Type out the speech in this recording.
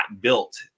built